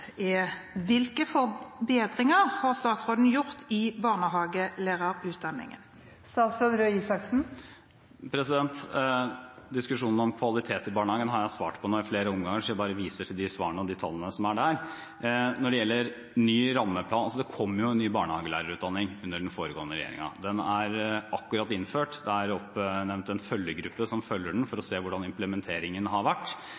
har jeg svart på nå i flere omganger, så jeg bare viser til de svarene og de tallene som er der. Det kom en ny barnehagelærerutdanning under den foregående regjeringen. Den er akkurat innført. Det er oppnevnt en følgegruppe som følger den, for å se hvordan implementeringen har vært,